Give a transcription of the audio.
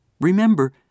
Remember